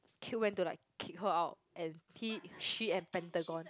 Cube went to like kick her out and he she and Pentagon